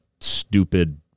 stupid